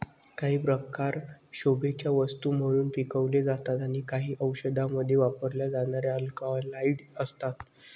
काही प्रकार शोभेच्या वस्तू म्हणून पिकवले जातात आणि काही औषधांमध्ये वापरल्या जाणाऱ्या अल्कलॉइड्स असतात